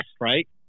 right